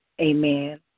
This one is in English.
amen